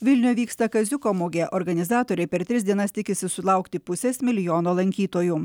vilniuje vyksta kaziuko mugė organizatoriai per tris dienas tikisi sulaukti pusės milijono lankytojų